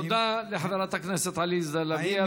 תודה לחברת הכנסת עליזה לביא.